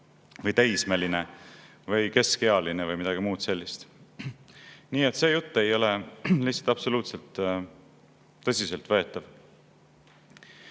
Või teismeline või keskealine või midagi muud sellist. Nii et see jutt ei ole lihtsalt absoluutselt tõsiseltvõetav. Palun